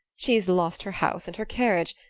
she's lost her house and her carriage,